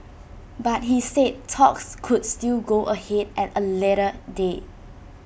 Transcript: but he said talks could still go ahead at A later date